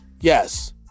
Yes